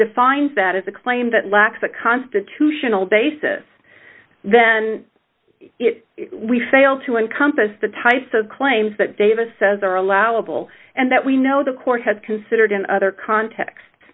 defines that as a claim that lacks a constitutional basis then we fail to encompass the types of claims that davis says are allowable and that we know the court has considered in other contexts